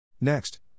Next